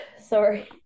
Sorry